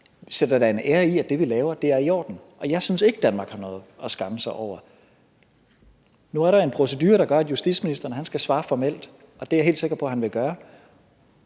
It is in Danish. sætter da en ære i, at det, vi laver, er i orden. Jeg synes ikke, Danmark har noget at skamme sig over. Nu er der en procedure, der gør, at justitsministeren skal svare formelt, og det er jeg helt sikker på at han vil gøre,